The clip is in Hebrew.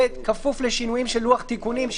בכפוף לשינויים של לוח תיקונים,